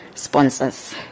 sponsors